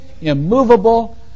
immovable